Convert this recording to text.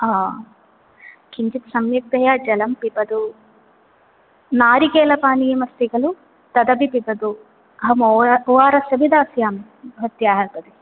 किञ्चित् सम्यक्तया जलं पिबतु नारिकेलपानीयमस्ति खलु तदपि पिबतु अहम् O ah O R S अपि दास्यामि भवत्याः कृते